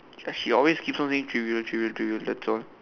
she always keeps on saying trivial trivial trivial that's all